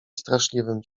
straszliwym